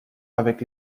avec